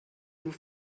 vous